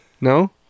No